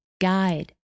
guide